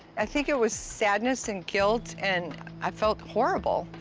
i think it was sadness and guilt and i felt horrible,